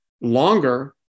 longer